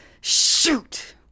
shoot